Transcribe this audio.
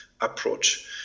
approach